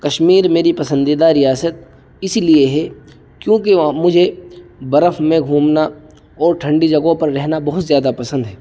کشمیر میری پسندیدہ ریاست اس لیے ہے کیونکہ وہاں مجھے برف میں گھومنا اور ٹھنڈی جگہوں پر رہنا بہت زیادہ پسند ہے